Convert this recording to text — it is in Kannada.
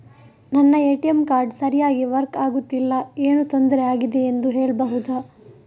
ನನ್ನ ಎ.ಟಿ.ಎಂ ಕಾರ್ಡ್ ಸರಿಯಾಗಿ ವರ್ಕ್ ಆಗುತ್ತಿಲ್ಲ, ಏನು ತೊಂದ್ರೆ ಆಗಿದೆಯೆಂದು ಹೇಳ್ಬಹುದಾ?